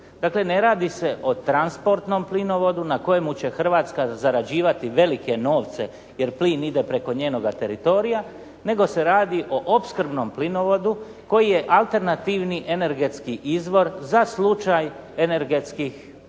Dakle, ne radi se o transportnom plinovodu na kojemu će Hrvatske zarađivati velike novce jer plin ide preko njenoga teritorija nego se radi o opskrbnom plinovodu koji je alternativni energetski izvor za slučaj energetskih poteškoća,